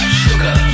sugar